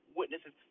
witnesses